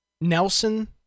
Nelson